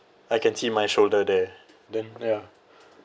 I can see my shoulder there then ya